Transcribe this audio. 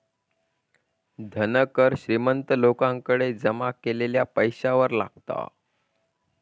धन कर श्रीमंत लोकांकडे जमा केलेल्या पैशावर लागता